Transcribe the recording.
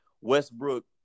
Westbrook